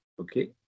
Okay